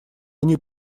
они